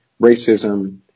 racism